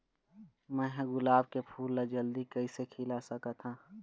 मैं ह गुलाब के फूल ला जल्दी कइसे खिला सकथ हा?